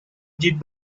did